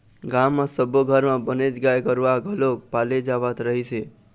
गाँव म सब्बो घर म बनेच गाय गरूवा घलोक पाले जावत रहिस हे